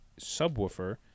subwoofer